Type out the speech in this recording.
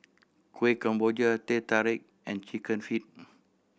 Kueh Kemboja Teh Tarik and Chicken Feet